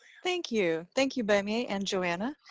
thank you thank you bemi and joanna,